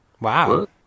Wow